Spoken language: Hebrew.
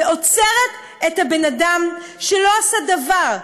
ועוצרת אדם שלא עשה דבר,